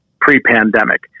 pre-pandemic